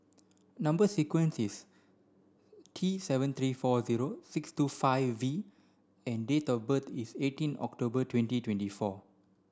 number sequence is T seven three four zero six two five V and date of birth is eighteen October twenty twenty four